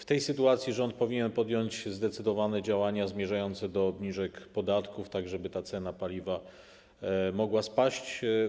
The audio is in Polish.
W tej sytuacji rząd powinien podjąć zdecydowane działania zmierzające do obniżek podatków, tak żeby ta cena paliwa mogła spaść.